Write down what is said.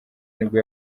nibwo